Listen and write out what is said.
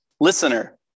listener